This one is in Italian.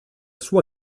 sua